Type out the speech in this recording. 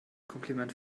kompliment